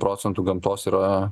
procentų gamtos yra